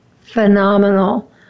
phenomenal